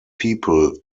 people